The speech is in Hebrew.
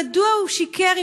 מדוע הוא שיקר,